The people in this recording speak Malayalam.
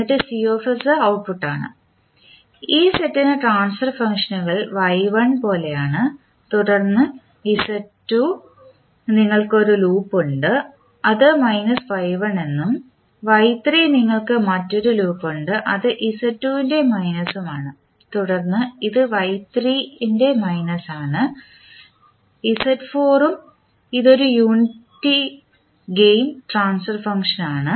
എന്നിട്ട് Cs ഔട്ട്പുട്ട് ആണ് ഈ സെറ്റിന് ട്രാൻസ്ഫർ ഫംഗ്ഷനുകൾ Y1 പോലെയാണ് തുടർന്ന് Z2 നിങ്ങൾക്ക് ഒരു ലൂപ്പ് ഉണ്ട് അത് മൈനസ് Y1 എന്നും Y3 നിങ്ങൾക്ക് മറ്റൊരു ലൂപ്പ് ഉണ്ട് അത് Z2 ൻറെ മൈനസ് ആണ് തുടർന്ന് ഇത് Y3 ൻറെ മൈനസ് ആണ് Z4 ഉം ഇത് ഒരു unity city gain transfer function ആണ്